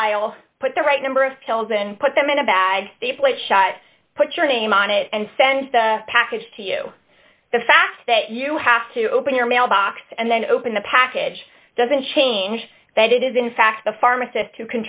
all put the right number of pills and put them in a bag a plate shot put your name on it and send the package to you the fact that you have to open your mailbox and then open the package doesn't change that it is in fact the pharmacist to